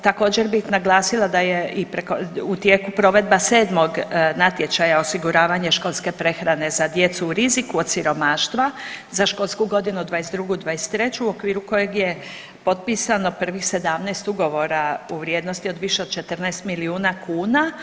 Također bih naglasila da je i preko, u tijeku provedba sedmog natječaja osiguravanje školske prehrane za djecu u riziku od siromaštva za školsku godinu 2022./2023. u okviru kojeg je potpisano prvih 17 ugovora u vrijednosti od više od 14 milijuna kuna.